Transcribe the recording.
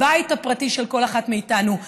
הבית הפרטי של כל אחת מאיתנו,